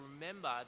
remember